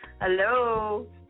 Hello